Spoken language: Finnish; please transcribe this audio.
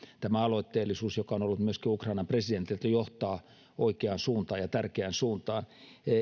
tämä aloitteellisuus joka on ollut myöskin ukrainan presidentillä johtaa oikeaan suuntaan ja tärkeään suuntaan